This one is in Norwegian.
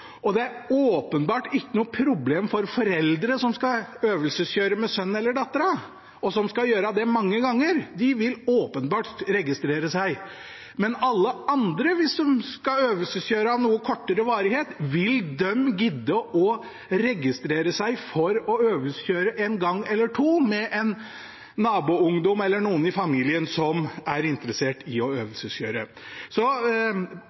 og det er åpenbart ikke noe problem for foreldre som skal øvelseskjøre med sønnen eller datteren, og som skal gjøre det mange ganger, for de vil åpenbart registrere seg. Men vil alle andre som skal øvelseskjøre av noe kortere varighet, gidde å registrere seg for å øvelseskjøre en gang eller to med en naboungdom eller noen i familien som er interessert i å